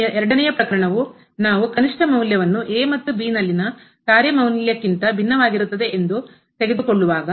ಎರಡನೆಯ ಪ್ರಕರಣವು ನಾವು ಕನಿಷ್ಟ ಮೌಲ್ಯವನ್ನು ಮತ್ತು ನಲ್ಲಿನ ಕಾರ್ಯ ಮೌಲ್ಯಕ್ಕಿಂತ ಭಿನ್ನವಾಗಿರುತ್ತದೆ ಎಂದು ತೆಗೆದುಕೊಳ್ಳುವಾಗ